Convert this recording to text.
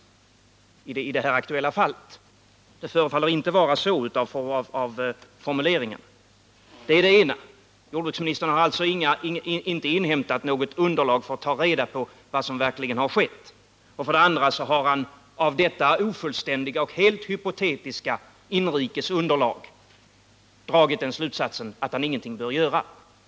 Av formuleringarna att döma förefaller det inte vara så. Det är det ena. Jordbruksministern har alltså inte inhämtat något underlag för att få reda på vad som verkligen har skett. För det andra har han också av detta ofullständiga och helt hypotetiska inrikes underlag dragit den slutsatsen att han ingenting bör göra.